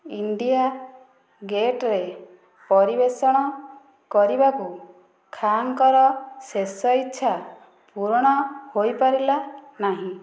India ଗେଟ୍ରେ ପରିବେଷଣ କରିବାକୁ ଖାଁଙ୍କର ଶେଷ ଇଚ୍ଛା ପୂରଣ ହୋଇପାରିଲା ନାହିଁ